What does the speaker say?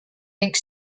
ink